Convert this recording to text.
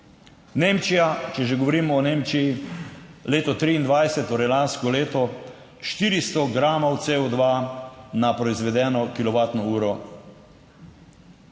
Nemčija, če že govorimo o Nemčiji, leto 2023, torej lansko leto 400 gramov CO2 na proizvedeno